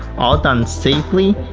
all done safely,